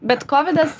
bet kovidas